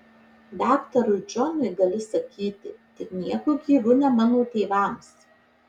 daktarui džonui gali sakyti tik nieku gyvu ne mano tėvams